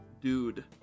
dude